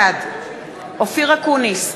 בעד אופיר אקוניס,